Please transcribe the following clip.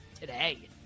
today